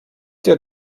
der